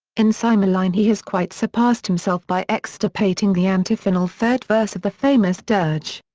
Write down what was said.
in cymbeline he has quite surpassed himself by extirpating the antiphonal third verse of the famous dirge.